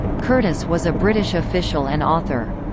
curtis was a british official and author.